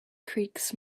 creaks